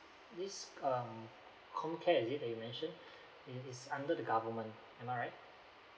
this um comcare is it that you mention it is under the government am I right